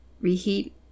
Reheat